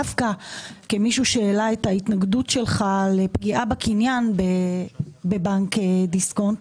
דווקא כמישהו שהעלה את ההתנגדות שלך לפגיעה בקניין בבנק דיסקונט,